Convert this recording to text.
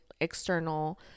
external